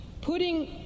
Putting